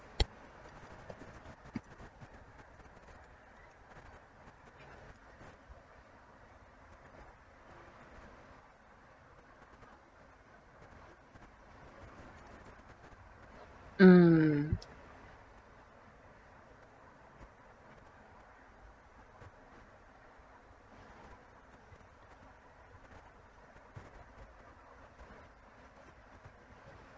mm